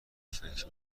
فکر